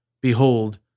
behold